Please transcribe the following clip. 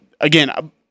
again